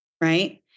Right